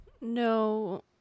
No